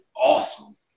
Awesome